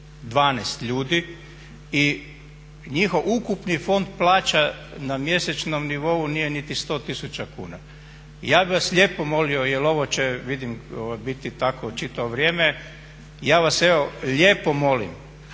12 ljudi, i njihov ukupni fond plaća na mjesečnom nivou nije niti 100 tisuća kuna. Ja bih vas lijepo molio jer ovo će, vidim biti tako čitavo vrijeme, ja vas evo lijepo molim